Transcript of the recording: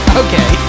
okay